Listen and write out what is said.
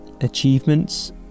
achievements